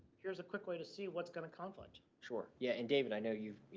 here's a quick way to see what's going to conflict. sure. yeah. and, david, i know you've,